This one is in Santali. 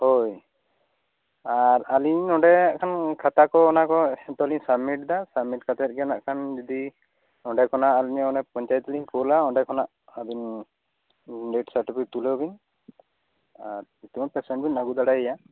ᱦᱳᱭ ᱟᱨ ᱟᱞᱤᱧ ᱱᱚᱰᱮ ᱦᱟᱜ ᱠᱷᱟᱱ ᱠᱷᱟᱛᱟ ᱠᱚ ᱚᱱᱟ ᱠᱚ ᱡᱚᱛᱚ ᱞᱤᱧ ᱥᱟᱵᱽᱢᱤᱴ ᱮᱫᱟ ᱥᱟᱵᱽᱢᱤᱴ ᱠᱟᱛᱮᱫ ᱜᱮ ᱦᱟᱜ ᱠᱷᱟᱱ ᱡᱩᱫᱤ ᱚᱰᱮ ᱠᱷᱚᱱᱟᱜ ᱯᱚᱧᱪᱟᱭᱮᱹᱛ ᱞᱤᱧ ᱠᱳᱞᱟ ᱚᱸᱰᱮ ᱠᱷᱚᱱᱟᱜ ᱟᱹᱵᱤᱱ ᱰᱮᱹᱛᱷ ᱥᱟᱨᱴᱤᱯᱷᱤᱠᱮᱹᱴ ᱛᱩᱞᱟᱹᱣ ᱵᱤᱱ ᱟᱨ ᱱᱤᱛᱚᱝ ᱦᱚᱸ ᱯᱮᱥᱮᱱᱴ ᱵᱮᱱ ᱟᱹᱜᱩ ᱫᱟᱲᱮ ᱟᱭᱟ